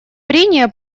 прения